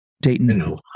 Dayton